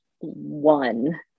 one